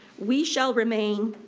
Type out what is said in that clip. we shall remain,